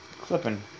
clipping